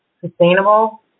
sustainable